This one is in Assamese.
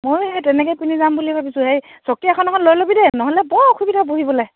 ময়ো সেই তেনেকেই পিন্ধি যাম বুলি ভাবিছোঁ এই চকী এখন এখন লৈ ল'বি দেই নহ'লে বৰ অসুবিধা বহিবলৈ